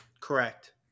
Correct